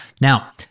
Now